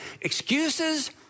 Excuses